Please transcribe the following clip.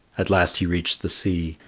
at last he reached the sea,